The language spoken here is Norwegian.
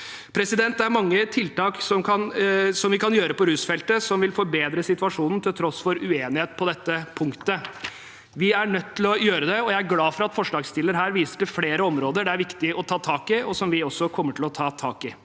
Det er mange tiltak som vi kan gjøre på rusfeltet, som vil forbedre situasjonen, til tross for uenighet på dette punktet. Vi er nødt til å gjøre det, og jeg er glad for at forslagsstilleren her viser til flere områder det er viktig å ta tak i, og som vi også kommer til å ta tak i.